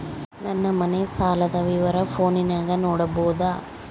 ನನ್ನ ಮನೆ ಸಾಲದ ವಿವರ ಫೋನಿನಾಗ ನೋಡಬೊದ?